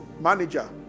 manager